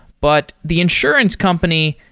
but the insurance company,